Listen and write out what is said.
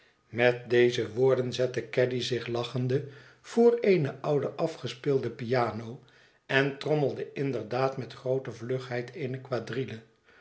met deze woorden zette caddy zich lachende voor eene oude afgespeelde piano en trommelde inderdaad met groote vlugheid eene quadrille